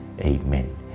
Amen